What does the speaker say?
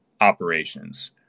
operations